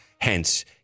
hence